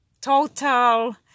total